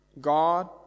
God